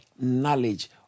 knowledge